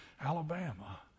alabama